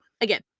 again